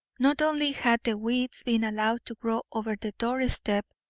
not only had the weeds been allowed to grow over the doorstep,